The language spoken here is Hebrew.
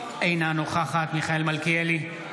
אינה נוכחת מיכאל מלכיאלי,